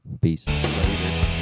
Peace